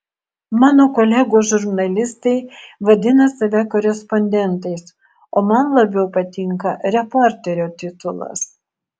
mano kolegos žurnalistai vadina save korespondentais o man labiau patinka reporterio titulas